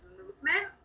movement